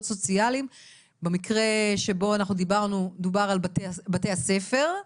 סוציאליים במקרה שבו שדובר על בתי הספר,